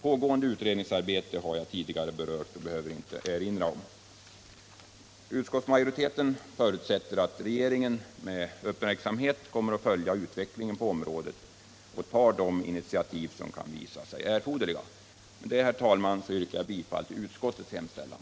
Pågående utredningsarbete har jag tidigare berört och behöver inte erinra om det. Utskottsmajoriteten förutsätter att regeringen med uppmärksamhet följer utvecklingen på området och tar de initiativ som kan visa sig erforderliga. Med detta, herr talman, yrkar jag bifall till utskottets hemställan.